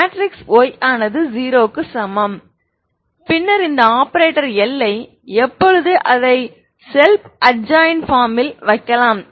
matrix y ஆனது 0 க்கு சமம் பின்னர் இந்த ஆபரேட்டர் L ஐ எப்பொழுதும் அதை ஸெல்ப் அட்ஜய்ன்ட் பார்ம்ல் வைக்கலாம்